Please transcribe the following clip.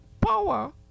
power